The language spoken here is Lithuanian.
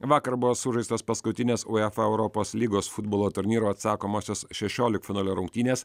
vakar buvo sužaistos paskutinės uefa europos lygos futbolo turnyro atsakomosios šešioliktfinalio rungtynės